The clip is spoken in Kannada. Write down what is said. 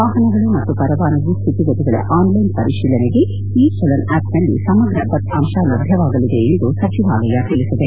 ವಾಹನಗಳು ಮತ್ತು ಪರವಾನಗಿ ಸ್ವಿತಿಗತಿಗಳ ಆನ್ ಲೈನ್ ಪರಿಶೀಲನೆಗೆ ಇ ಚಲನ್ ಆವ್ನಲ್ಲಿ ಸಮಗ್ರ ದತ್ತಾಂಶ ಲಭ್ಯವಾಗಲಿದೆ ಎಂದು ಸಚಿವಾಲಯ ತಿಳಿಸಿದೆ